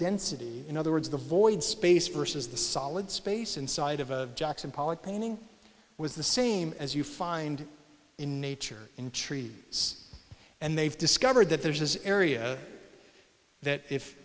density in other words the void space versus the solid space inside of a jackson pollock painting was the same as you find in nature in trees and they've discovered that there's this area that if